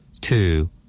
Two